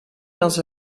dans